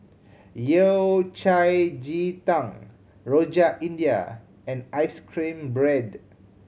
Yao Cai ji tang Rojak India and ice cream bread